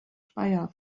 speyer